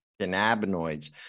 cannabinoids